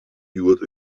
hjoed